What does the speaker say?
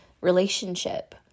relationship